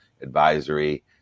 advisory